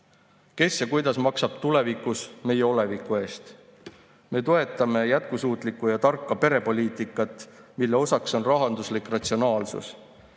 Kes ja kuidas maksab tulevikus meie oleviku eest? Me toetame jätkusuutlikku ja tarka perepoliitikat, mille osaks on rahanduslik ratsionaalsus.